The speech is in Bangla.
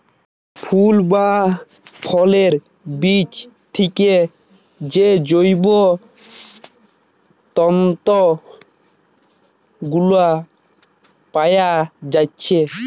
ফুল বা ফলের বীজ থিকে যে জৈব তন্তু গুলা পায়া যাচ্ছে